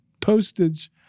postage